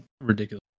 ridiculous